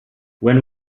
when